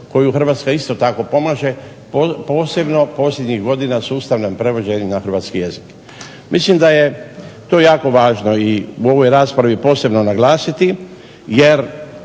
koju Hrvatska isto tako pomaže, posebno posljednjih godina sustavom prevođenja na hrvatski jezik. Mislim da je to jako važno i u ovoj raspravi posebno naglasiti, jer